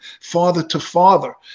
father-to-father